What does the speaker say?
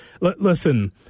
listen –